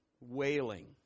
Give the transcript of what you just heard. wailing